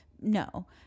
No